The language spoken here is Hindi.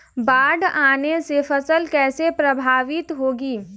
बाढ़ आने से फसल कैसे प्रभावित होगी?